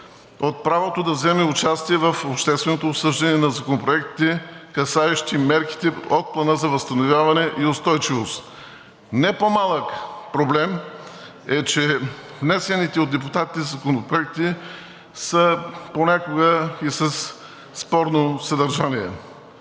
от правото да вземе участие в общественото обсъждане на законопроектите, касаещи мерките от Плана за възстановяване и устойчивост. Не по-малък проблем е, че внесените от депутатите законопроекти са понякога и със спорно съдържание.